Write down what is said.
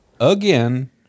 again